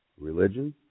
Religion